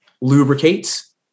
lubricates